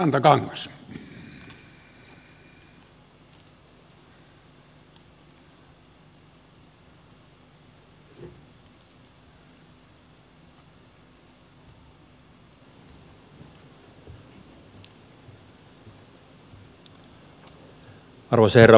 arvoisa herra puhemies